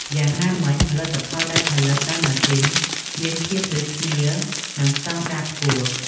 យ៉ាងណាមិញ ផលិតផលដែលផលិតដោយម៉ាស៊ីនមាន ភាពដូចគ្នា និង ស្តង់ដារ ខ្ពស់។